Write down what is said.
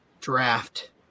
draft